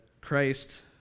Christ